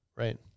Right